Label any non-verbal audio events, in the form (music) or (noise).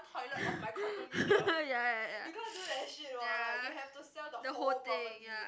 (laughs) ya ya ya ya the whole thing ya